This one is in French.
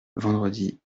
vendredi